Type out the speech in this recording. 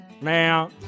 Now